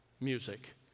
music